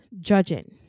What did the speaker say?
judging